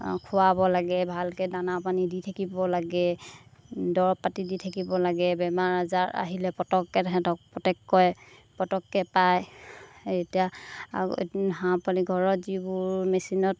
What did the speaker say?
খুৱাব লাগে ভালকৈ দানা পানী দি থাকিব লাগে দৰৱ পাতি দি থাকিব লাগে বেমাৰ আজাৰ আহিলে পতককৈ তাহাঁতক পতককৈ পতককৈ পায় এতিয়া হাঁহ পোৱালী ঘৰত যিবোৰ মেচিনত